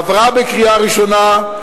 עברה בקריאה ראשונה.